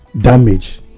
damage